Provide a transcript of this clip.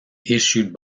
issued